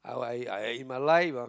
I I I in my life ah